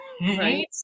right